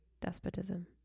despotism